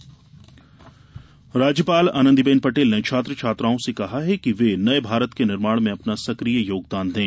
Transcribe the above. राज्यपाल राज्यपाल आनंदीबेन पटेल ने छात्र छात्राओं से कहा है कि वे नये भारत के निर्माण में अपना सक्रिय योगदान दें